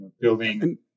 Building